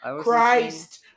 Christ